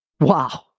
wow